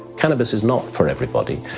cannabis is not for everybody.